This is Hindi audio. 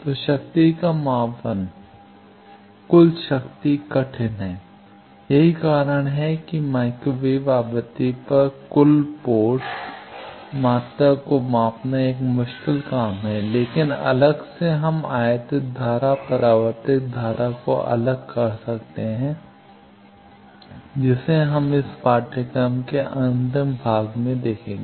तो शक्ति का मापन कुल शक्ति कठिन है यही कारण है कि माइक्रो वेव आवृत्ति पर कुल पोर्ट मात्रा को मापना एक मुश्किल काम है लेकिन अलग से हम आयातित धारा परावर्तित धारा को अलग कर सकते हैं जिसे हम इस पाठ्यक्रम के अंतिम भाग में देखेंगे